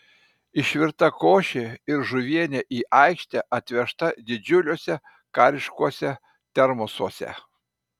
išvirta košė ir žuvienė į aikštę atvežta didžiuliuose kariškuose termosuose